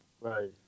Right